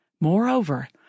Moreover